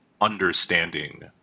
understanding